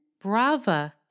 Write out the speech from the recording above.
Brava